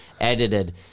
edited